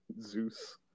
Zeus